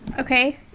okay